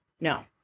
no